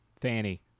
Fanny